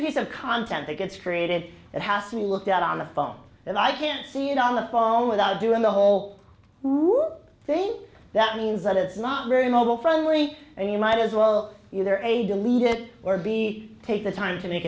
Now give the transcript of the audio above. piece of content that gets created that has to be looked at on the phone and i can see it on the phone without doing the whole thing that means that it's not very mobile friendly and you might as well be there a delete it or b take the time to